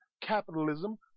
capitalism